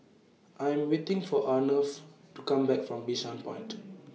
I Am waiting For Arnav to Come Back from Bishan Point